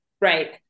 Right